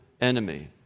enemy